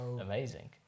Amazing